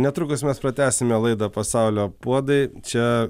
netrukus mes pratęsime laidą pasaulio puodai čia